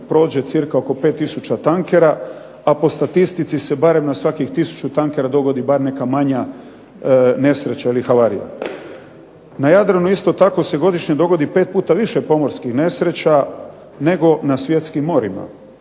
prođe cirka oko 5 tisuća tankera, a po statistici se barem na svakih tisuću tankera dogodi bar neka manja nesreća ili havarija. Na Jadranu isto tako se godišnje dogodi pet puta više pomorskih nesreća nego na svjetskim morima,